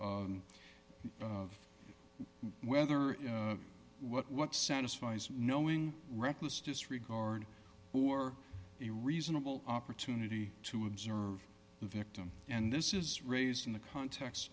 whether what what satisfies knowing reckless disregard or a reasonable opportunity to observe the victim and this is raised in the context